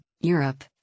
Europe